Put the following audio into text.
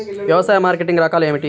వ్యవసాయ మార్కెటింగ్ రకాలు ఏమిటి?